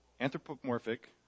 Anthropomorphic